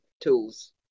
tools